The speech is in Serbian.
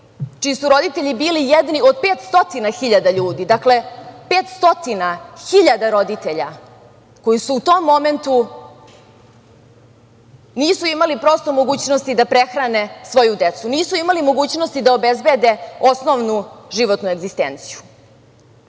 čiji su roditelji bili jedni od 500 hiljada ljudi, dakle, 500 hiljada roditelja koji su u tom momentu nisu imali prosto mogućnosti da prehrane svoju decu. Nisu imali mogućnosti da obezbede osnovnu životnu egzistenciju.